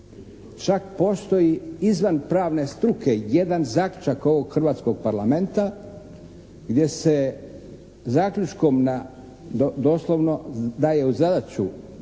Čak postoji izvan pravne struke jedan zaključak ovog Hrvatskog parlamenta gdje se zaključkom na doslovno daje u zadaću